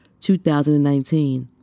2019